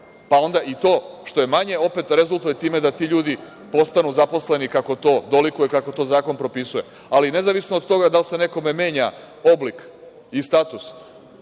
Onda i to što je manje, opet rezultuje time da ti ljudi postanu zaposleni kako to dolikuje, kako to zakon propisuje, ali nezavisno od toga da li se nekome menja oblik i status